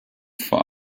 vor